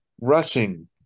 rushing